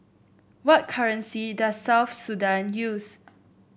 what currency does South Sudan use